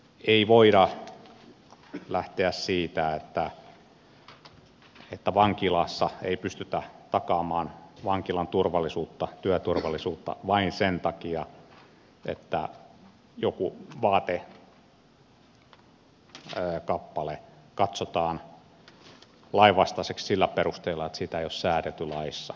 ei voida lähteä siitä että vankilassa ei pystytä takaamaan vankilan turvallisuutta työturvallisuutta vain sen takia että joku vaatekappale katsotaan lainvastaiseksi sillä perusteella että siitä ei ole säädelty laissa